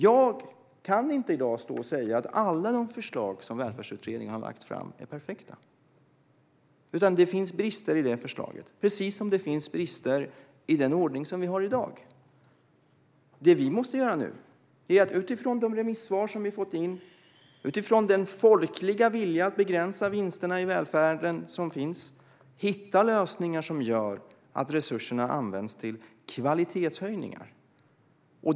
Jag kan inte i dag säga att alla de förslag som Välfärdsutredningen har lagt fram är perfekta. Det finns brister i de förslagen, precis som det finns brister i den ordning som vi har i dag. Det vi måste göra nu är att utifrån de remissvar som vi fått in och utifrån den folkliga viljan att begränsa vinsterna i välfärden hitta lösningar som gör att resurserna används till kvalitetshöjningar.